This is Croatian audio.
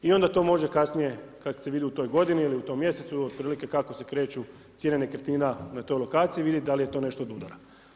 I onda to može kasnije kad se vidi u toj godini ili u tom mjesecu otprilike kako se kreću cijene nekretnina na toj lokaciji vidjet da li to nešto odudara.